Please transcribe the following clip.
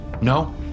No